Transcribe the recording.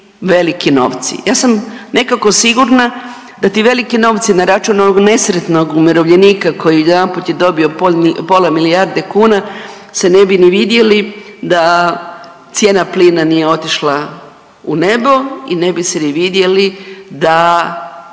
veliki novci. Ja sam nekako sigurna da ti veliki novci na račun ovog nesretnog umirovljenika koji odjedanput je dobio pola milijarde kuna se ne bi ni vidjeli da cijena plina nije otišla u nebo i ne bi se ni vidjeli da